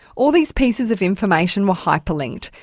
all these pieces of information were hyperlinked,